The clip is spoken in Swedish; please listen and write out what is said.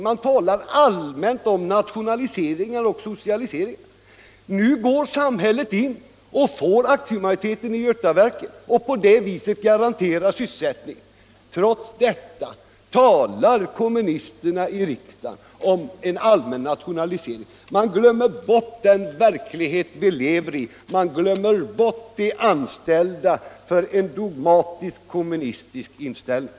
Man talar allmänt om nationalisering och socialisering, och nu går ju samhället in och får aktiemajoriteten i Götaverken. På det sättet garanteras sysselsättningen. Men trots detta talar kommunisterna här i riksdagen om en allmän nationalisering. Man glömmer den verklighet vi lever i. Man glömmer de anställda för en dogmatisk kommunistisk inställning.